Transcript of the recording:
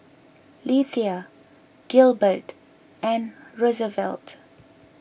Lethia Gilbert and Rosevelt